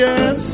Yes